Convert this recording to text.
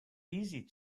easy